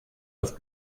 auf